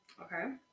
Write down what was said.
okay